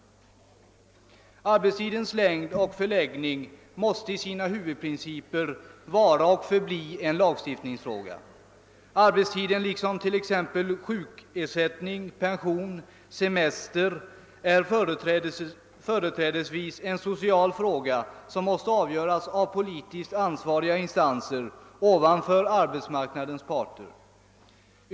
Arbetstidens längd och förläggning måste i sina huvudprinciper vara och förbli en lagstiftningsfråga. Arbetstiden är, liksom t.ex. sjukersättning, pension och semester, företrädesvis en social fråga som måste avgöras av politiskt ansvariga instanser ovanför arbetsmarknadens parter.